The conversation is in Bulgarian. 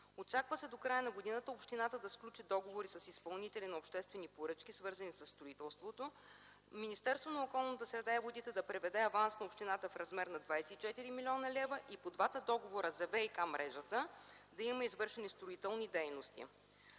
Очаква се до края на годината общината да сключи договори с изпълнители на обществени поръчки, свързани със строителството; Министерството на околната среда и водите да предаде аванс на общината в размер на 24 млн. лв., и по двата договора за ВиК мрежата да има извършени строителни дейности.